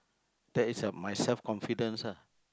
that is a my self confidence lah